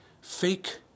fake